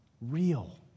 real